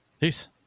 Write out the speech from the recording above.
Peace